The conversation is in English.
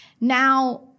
now